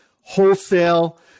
wholesale